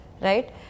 right